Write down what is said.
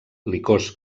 licors